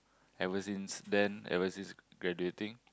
ever since then ever since graduating